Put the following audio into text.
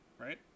Right